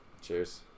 Cheers